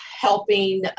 helping